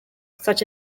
such